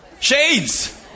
shades